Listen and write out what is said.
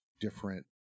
different